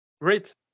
Great